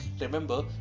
Remember